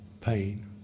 pain